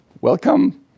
welcome